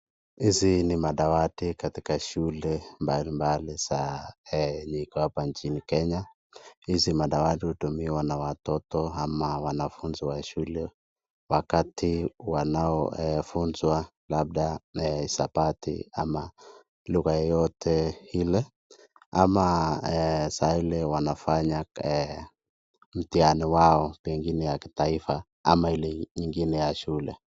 Hizi ni madawati katika shule mbalimbali za enye iko hapa nchini Kenya, hizi madawati hutumiwa wakati wa watoto ama wanafunzi wa shule, wakati wanaofunzwa labda mahesabati ama lugha yeyote ile. Ama saa ile wanafanya mtihani wao, pengine ya kitaifa ama ile nyingine ya shule.